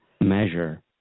measure